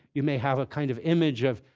you may have a kind of image of,